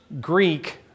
Greek